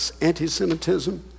anti-Semitism